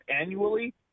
annually